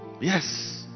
yes